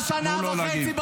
חברים, תנו לו להגיב.